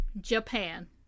Japan